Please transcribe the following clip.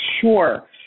sure